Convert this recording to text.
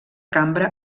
cambra